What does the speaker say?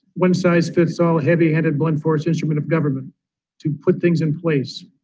one-size-fits-all, heavy-handed, blunt force instrument of government to put things in place.